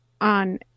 on